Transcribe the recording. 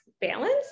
balance